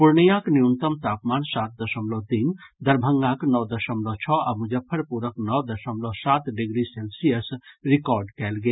पूर्णियांक न्यूनतम तापमान सात दशमलव तीन दरभंगाक नओ दशमलव छओ आ मुजफ्फरपुरक नओ दशमलव सात डिग्री सेल्सियस रिकॉर्ड कयल गेल